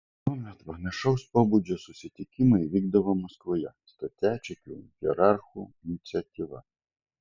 tuomet panašaus pobūdžio susitikimai vykdavo maskvoje stačiatikių hierarchų iniciatyva